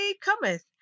cometh